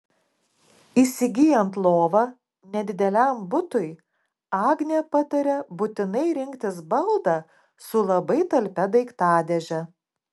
įsigyjant lovą nedideliam butui agnė pataria būtinai rinktis baldą su labai talpia daiktadėže